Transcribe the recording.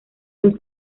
los